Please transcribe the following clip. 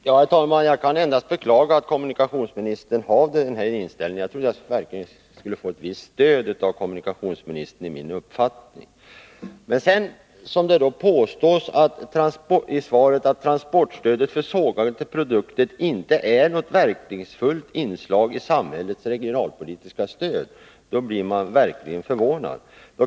Herr talman! Jag kan endast beklaga att kommunikationsministern har den här inställningen. Jag trodde att jag av kommunikationsministern skulle få ett visst stöd för min uppfattning. Det påstås i svaret att transportstödet för sågade produkter inte är något verkningsfullt inslag i samhällets regionalpolitiska stöd, och då blir man verkligen förvånad.